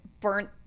burnt